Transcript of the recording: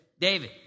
David